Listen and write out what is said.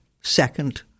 second